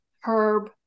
herb